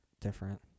different